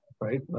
right